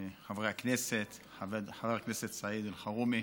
חברי הכנסת, חבר הכנסת סעיד אלחרומי,